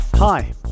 Hi